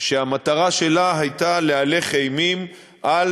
שהמטרה שלה הייתה להלך אימים על,